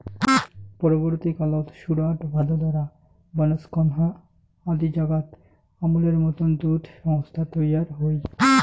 পরবর্তী কালত সুরাট, ভাদোদরা, বনস্কন্থা আদি জাগাত আমূলের মতন দুধ সংস্থা তৈয়ার হই